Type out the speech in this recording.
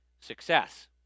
success